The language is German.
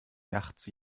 nachts